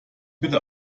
bitte